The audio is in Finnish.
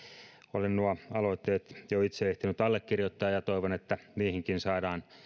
olen nuo aloitteet itse jo ehtinyt allekirjoittaa ja ja toivon että niihinkin saadaan